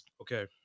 Okay